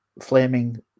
flaming